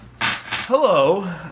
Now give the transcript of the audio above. hello